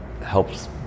helps